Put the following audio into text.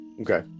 Okay